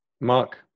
Mark